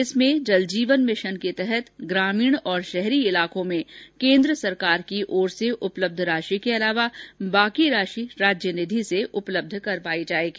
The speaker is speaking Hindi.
इसमें जल जीवन मिशन के तहत ग्रामीण व शहरी क्षेत्र र्मे केन्द्र सरकार की ओर से उपलब्ध राशि के अतिरिक्त शेष राशि राज्य निधि से उपलब्ध करवाई जायेगी